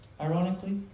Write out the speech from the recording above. ironically